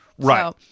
Right